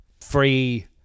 free